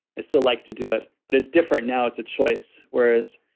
i still like to do it, but it's different now. it's a choice whereas,